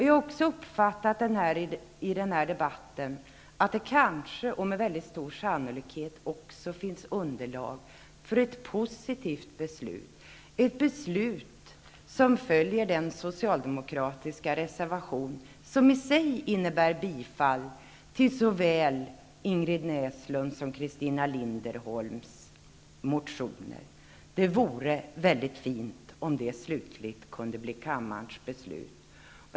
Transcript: Jag har dessutom uppfattat debatten så att det med stor sannolikhet också finns underlag för ett positivt beslut; ett beslut som följer den socialdemokratiska reservation som i sig innebär bifall till såväl Ingrid Det vore väldigt fint om det kunde bli kammarens beslut.